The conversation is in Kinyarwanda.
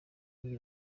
iyi